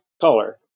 color